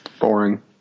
Boring